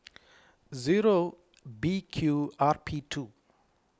zero B Q R P two